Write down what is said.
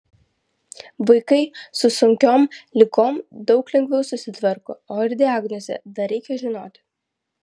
vaikai su sunkiom ligom daug lengviau susitvarko o ir diagnozę dar reikia žinoti